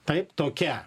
taip tokia